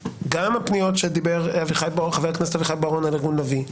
יש פניות שדיבר עליהן חבר הכנסת אביחי בוארון על ארגון לביא,